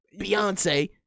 Beyonce